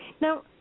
Now